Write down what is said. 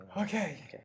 Okay